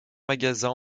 magasins